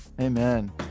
amen